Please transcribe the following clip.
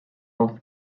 off